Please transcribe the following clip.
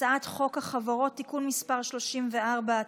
הצעת חוק החברות (תיקון מס' 34),